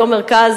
אותו מרכז,